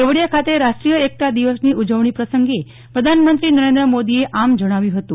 કેવડીયા ખાતે રાષ્ટ્રીય એકતા દિવસની ઉજવણી પ્રસંગે પ્રધાનમંત્રી નરેન્દ્ર મોદીએ આમ જણાવ્યુ હતું